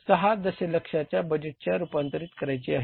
6 दशलक्षाच्या बजेटमध्ये रुपांतरीत करायची आहे